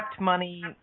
money